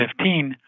2015